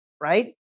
right